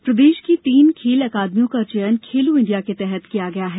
खेल अकादमी प्रदेश की तीन खेल अकादमियों का चयन खेलो इंडिया के तहत किया गया है